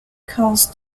cast